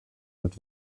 und